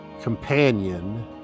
Companion